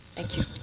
thank you.